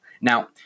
Now